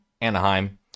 Anaheim